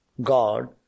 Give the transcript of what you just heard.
God